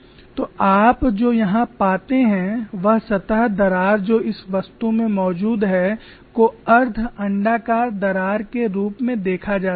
तो आप जो यहां पाते हैं वह सतह दरार जो इस वस्तु में मौजूद है को अर्ध अण्डाकार दरार के रूप में देखा जा सकता है